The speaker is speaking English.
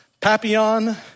Papillon